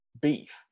beef